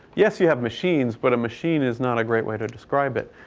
yes, you have machines. but a machine is not a great way to describe it.